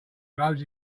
roads